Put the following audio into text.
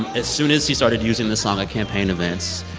as soon as he started using the song at campaign events,